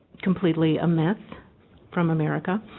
completely a map from america